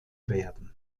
werden